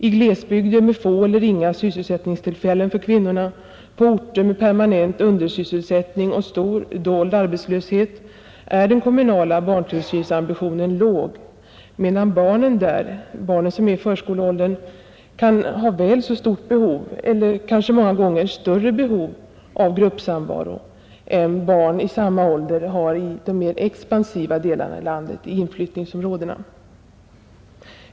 I glesbygder med få eller inga sysselsättningstillfällen för kvinnorna, på orter med permanent undersysselsättning och stor dold arbetslöshet är den kommunala barntillsynsambitionen låg, medan barnen där i förskoleåldern kan ha väl så stort behov som eller många gånger kanske större behov av gruppsamvaro än barn i samma ålder i de mera expansiva delarna av landet, i inflyttningsområdena.